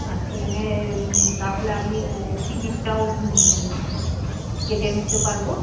আর ট্রেনের তাহলে আমি টিকিটটাও কেটে নিতে পারবো